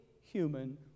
human